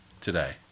today